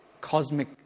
cosmic